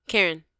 Karen